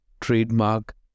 trademark